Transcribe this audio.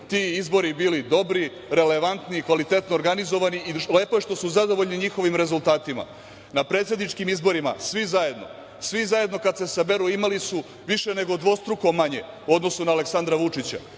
ti izbori bili dobri, relevantni i kvalitetno organizovani, lepo je što su zadovoljni njihovim rezultatima, na predsedničkim izborima svi zajedno kad se saberu imali su više nego dvostruko manje, u odnosu na Aleksandra Vučića.